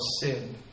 sin